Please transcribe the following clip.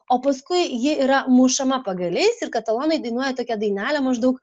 o paskui ji yra mušama pagaliais ir katalonai dainuoja tokią dainelę maždaug